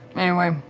anyway.